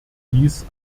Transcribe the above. dies